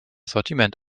sortiment